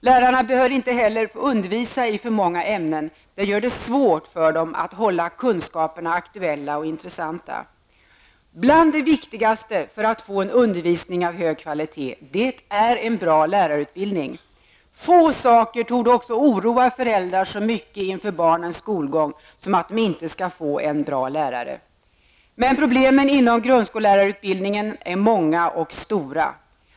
Lärarna bör inte heller undervisa i för många ämnen, för det gör det svårt för dem att hålla kunskaperna aktuella och intressanta. Bland det viktigaste för att få en undervisning av hög kvalitet är en bra lärarutbildning! Få saker torde oroa föräldrar så mycket inför barnens skolgång som att de inte skall få en bra lärare! Problemen inom grundskollärarutbildningen är många och stora.